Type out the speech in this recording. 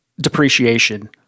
depreciation